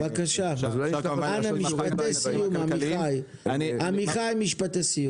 אפשר כמובן --- עמיחי משפטי סיום.